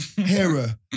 Hera